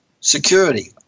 security